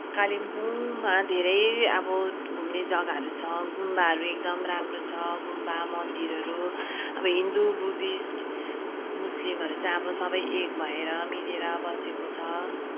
कालिम्पोङमा धेरै अब घुम्ने जग्गाहरू छ गुम्बाहरू एकदम राम्रो छ गुम्बा मन्दिरहरू अब हिन्दु बुद्धिस्ट मुस्लिमहरू चाहिँ अब सबै एक भएर मिलेर बसेको छ